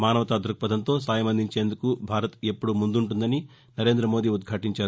మానవతా ధృక్పథంతో సాయమందించేందుకు భారత్ ఎప్పుడూ ముందుంటుందని నరేంద్ర మోదీ ఉదాదించారు